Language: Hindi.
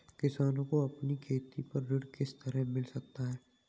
किसानों को अपनी खेती पर ऋण किस तरह मिल सकता है?